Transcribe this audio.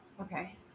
Okay